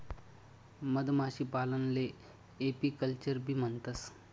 मधमाशीपालनले एपीकल्चरबी म्हणतंस